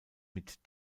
mit